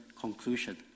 conclusion